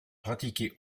pratiqué